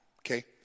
okay